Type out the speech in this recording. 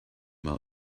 while